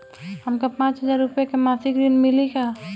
हमका पांच हज़ार रूपया के मासिक ऋण मिली का?